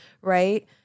right